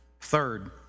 Third